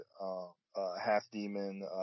half-demon